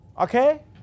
Okay